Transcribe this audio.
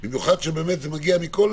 מה גם שזה מגיע מכל